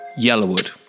Yellowwood